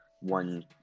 one